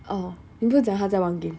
oh 你不是讲她在玩 game